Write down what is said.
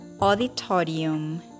Auditorium